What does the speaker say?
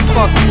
Fuck